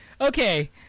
Okay